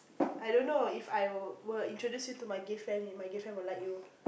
I don't know If I were introduce you to my gay friend and my gay friend will like you